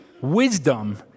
Wisdom